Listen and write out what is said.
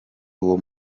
uwo